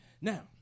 Now